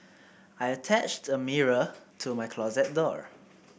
I attached a mirror to my closet door